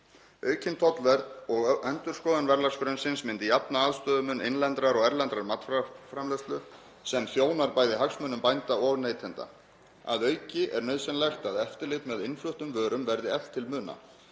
Aukin tollvernd og endurskoðun verðlagsgrunnsins myndi jafna aðstöðu milli innlendrar og erlendrar matvælaframleiðslu sem þjónar bæði hagsmunum bænda og neytenda. Að auki er nauðsynlegt að eftirlit með innfluttum vörum verði eflt til muna.